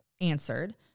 answered